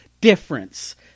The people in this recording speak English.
difference